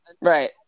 Right